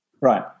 Right